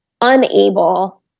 unable